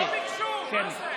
לא ביקשו, לא ביקשו, מה זה?